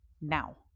now